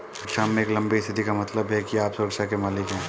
सुरक्षा में एक लंबी स्थिति का मतलब है कि आप सुरक्षा के मालिक हैं